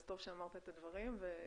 אז טוב שאמרת את הדברים אבל